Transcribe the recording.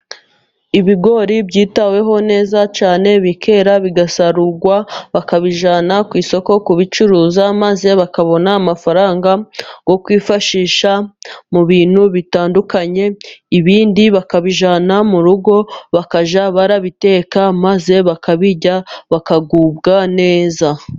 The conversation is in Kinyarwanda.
Ibigori byitaweho neza cyane bikera bigasarurwa bakabijyana ku isoko ku bicuruza, maze bakabona amafaranga yo kwifashisha mu bintu bitandukanye, ibindi bakabijyana mu rugo bakajya babiteka maze bakabirya bakagubwa neza.